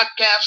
podcast